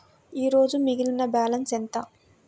ఈరోజు మిగిలిన బ్యాలెన్స్ ఎంత?